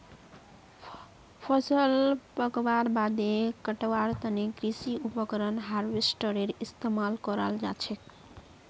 फसल पकवार बादे कटवार तने कृषि उपकरण हार्वेस्टरेर इस्तेमाल कराल जाछेक